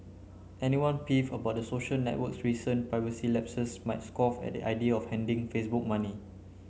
anyone peeved about the social network's recent privacy lapses might scoff at the idea of handing Facebook money